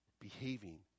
behaving